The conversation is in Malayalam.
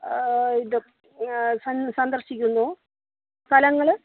ഇത് സന്ദർശിക്കുന്നുണ്ടോ സ്ഥലങ്ങൾ